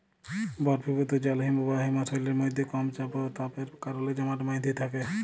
বরফিভুত জল হিমবাহ হিমশৈলের মইধ্যে কম চাপ অ তাপের কারলে জমাট বাঁইধ্যে থ্যাকে